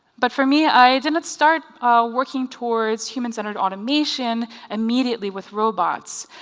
but for me i did not start working towards human-centered automation immediately with robots.